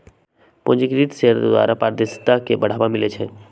पंजीकृत शेयर द्वारा पारदर्शिता के बढ़ाबा मिलइ छै